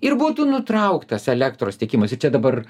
ir būtų nutrauktas elektros tiekimas ir čia dabar